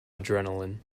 adrenaline